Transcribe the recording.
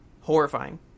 horrifying